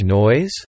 noise